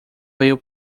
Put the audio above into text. veio